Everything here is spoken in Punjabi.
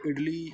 ਇਡਲੀ